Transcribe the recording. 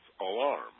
alarm